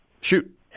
shoot